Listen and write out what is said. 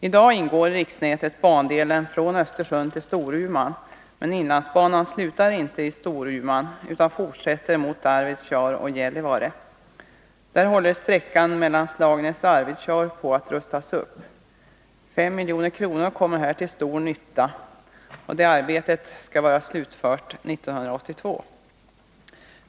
I dag ingår i riksnätet bandelen från Östersund till Storuman, men Inlandsbanan slutar inte i Storuman utan fortsätter mot Arvidsjaur och Gällivare. Där håller sträckan mellan Slagnäs och Arvidsjaur på att rustas upp. 5 milj.kr. kommer här till stor nytta, och arbetet skall vara slutfört 1982.